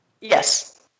Yes